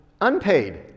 unpaid